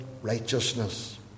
Righteousness